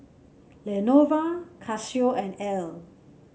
Lenovo Casio and Elle